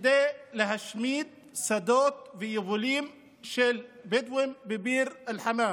כדי להשמיד שדות ויבולים של בדואים בביר אל-חמאם.